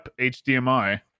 HDMI